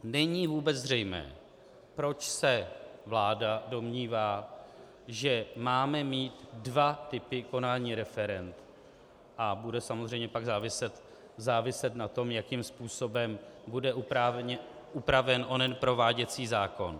Není vůbec zřejmé, proč se vláda domnívá, že máme mít dva typy konání referend, a bude samozřejmě pak záviset na tom, jakým způsobem bude upraven onen prováděcí zákon.